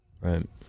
Right